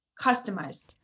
customized